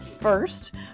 First